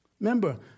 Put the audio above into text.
Remember